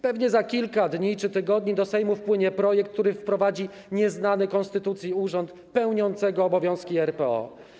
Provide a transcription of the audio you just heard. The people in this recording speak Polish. Pewnie za kilka dni czy tygodni do Sejmu wpłynie projekt, który wprowadzi nieznany konstytucji urząd pełniącego obowiązki RPO.